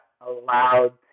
allowed